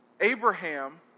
Abraham